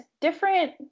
different